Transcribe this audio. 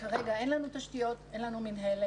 כרגע אין לנו תשתיות, אין לנו מינהלת